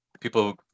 people